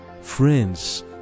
friends